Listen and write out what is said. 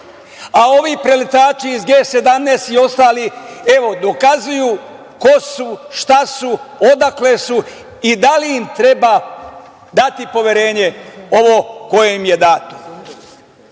a ovi preletači iz G17 i ostali dokazuju ko su, šta su, odakle su i da li im treba dati poverenje koje im je